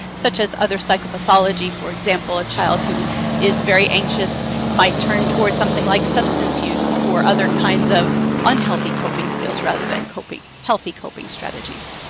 such as other psychopathology. for example, a child who is very anxious might turn toward something like substance use or other kinds of unhealthy coping skills rather than healthy coping strategies.